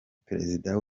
perezida